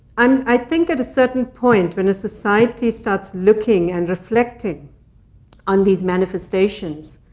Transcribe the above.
um i think at a certain point, when a society starts looking and reflecting on these manifestations,